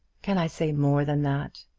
can i say more than that?